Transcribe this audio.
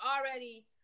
already